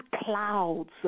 clouds